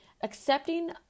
Accepting